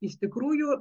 iš tikrųjų